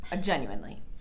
Genuinely